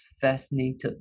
fascinated